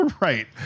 Right